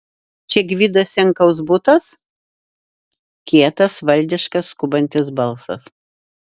čia gvido senkaus butas kietas valdiškas skubantis balsas